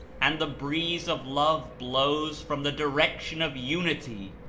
and the breeze of love blows from the direction of unity,